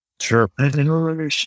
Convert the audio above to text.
Sure